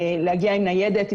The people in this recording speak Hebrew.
עם ניידת,